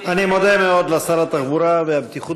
אני מודה מאוד לשר התחבורה והבטיחות